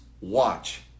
Watch